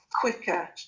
quicker